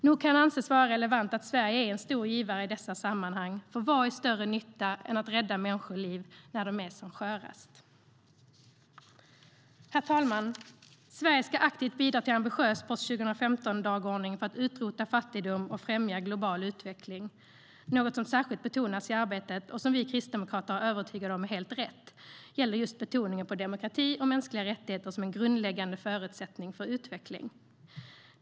Nog kan det anses vara relevant att Sverige är en stor givare i dessa sammanhang, för vad är större nytta än att rädda människoliv när de är som skörast? Herr talman! Sverige ska aktivt bidra till en ambitiös post-2015-dagordning för att utrota fattigdom och främja global utveckling. Något som särskilt betonas i arbetet, vilket vi kristdemokrater är övertygade om är helt rätt, är just fokuset på demokrati och mänskliga rättigheter som en grundläggande förutsättning för utveckling.